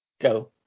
Go